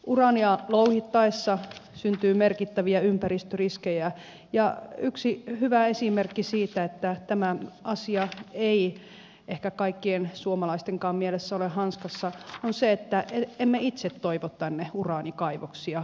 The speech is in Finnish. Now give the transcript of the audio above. uraania louhittaessa syntyy merkittäviä ympäristöriskejä ja yksi hyvä esimerkki siitä että tämä asia ei ehkä kaikkien suomalaistenkaan mielestä ole hanskassa on se että emme itse toivo tänne suomeen uraanikaivoksia